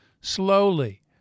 slowly